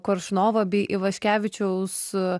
koršunovo bei ivaškevičiaus